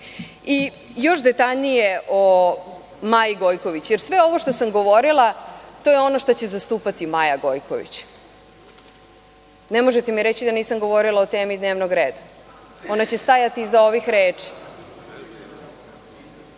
detaljnije o Maji Gojković, jer sve ovo što sam govorila, to je ono što će zastupati Maja Gojković. Ne možete mi reći da nisam govorila o temi dnevnog reda. Ona će stajati iza ovih reči. Tokom